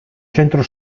centro